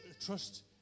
trust